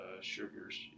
sugars